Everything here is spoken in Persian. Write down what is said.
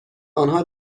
آنها